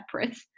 separate